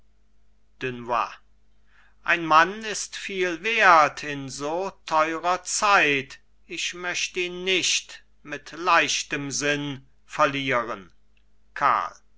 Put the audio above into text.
dunois ein mann ist viel wert in so teurer zeit ich möcht ihn nicht mit leichtem sinn verlieren karl